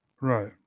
Right